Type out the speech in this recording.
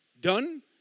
done